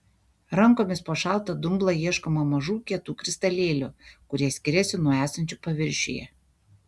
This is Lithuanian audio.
rankomis po šaltą dumblą ieškoma mažų kietų kristalėlių kurie skiriasi nuo esančių paviršiuje